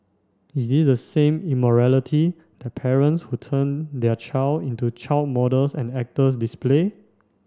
is this the same immorality that parents who turn their child into child models and actors display